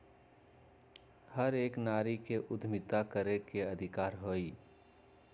हर एक नारी के उद्यमिता करे के अधिकार हई